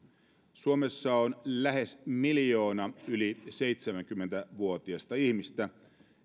suomessa on lähes miljoona yli seitsemänkymmentä vuotiasta ihmistä